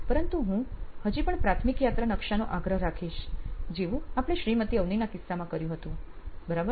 પરંતુ હું હજી પણ પ્રાથમિક યાત્રા નકશાનો આગ્રહ રાખીશ જેવું આપણે શ્રીમતી અવનીના કિસ્સામાં કર્યું હતું બરાબર છે